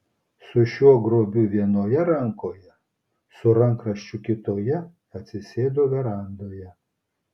su šiuo grobiu vienoje rankoje su rankraščiu kitoje atsisėdo verandoje